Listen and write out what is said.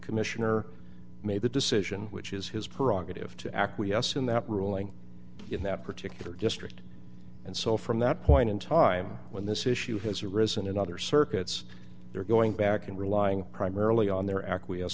commissioner made the decision which is his prerogative to acquiesce in that ruling in that particular district and so from that point in time when this issue has arisen in other circuits they're going back and relying primarily on their acquiesce